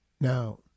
now